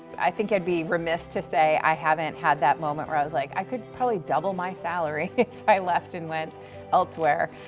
i think i'd be remiss to say i haven't had that moment where i was like i could probably double my salary if i left and went elsewhere.